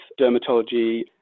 dermatology